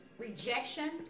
rejection